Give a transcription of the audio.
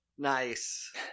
Nice